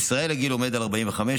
בישראל הגיל עומד על 45,